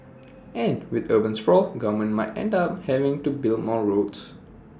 and with urban sprawl governments might end up having to build more roads